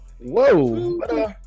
whoa